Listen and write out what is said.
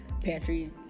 pantry